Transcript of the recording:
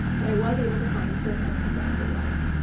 but i was able to find certain things that i did like,